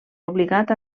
obligat